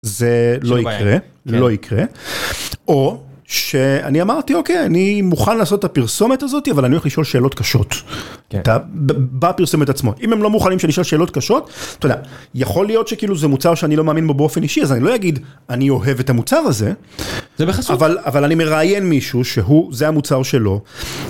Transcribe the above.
זה לא יקרה לא יקרה או שאני אמרתי אוקיי אני מוכן לעשות את הפרסומת הזאת אבל אני הולך לשאול שאלות קשות בפרסומת עצמו. אם הם לא מוכנים שנשאל שאלות קשות. אתה יודע, יכול להיות שכאילו זה מוצר שאני לא מאמין בו באופן אישי אז אני לא אגיד "אני אוהב את המוצר הזה" אבל אבל אני מראיין מישהו שהוא- זה המוצר שלו.